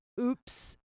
oops